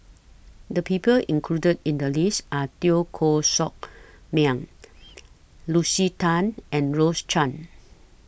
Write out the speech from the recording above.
The People included in The list Are Teo Koh Sock Miang Lucy Tan and Rose Chan